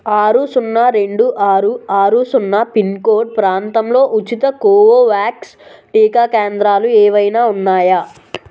ఆరు సున్నా రెండు ఆరు ఆరు సున్నా పిన్కోడ్ ప్రాంతంలో ఉచిత కోవోవ్యాక్స్ టీకా కేంద్రాలు ఏవైనా ఉన్నాయా